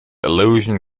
illusion